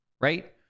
right